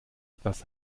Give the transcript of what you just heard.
etwas